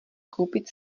koupit